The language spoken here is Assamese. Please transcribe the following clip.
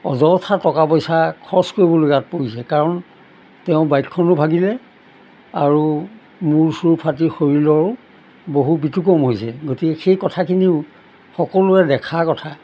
অযথা টকা পইচা খৰচ কৰিবলগাত পৰিছে কাৰণ তেওঁ বাইকখনো ভাগিলে আৰু মূৰ চুৰ ফাটি শৰীৰৰো বহু বিতুকম হৈছে গতিকে সেই কথাখিনিও সকলোৱে দেখা কথা